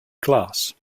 glass